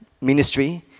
ministry